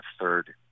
third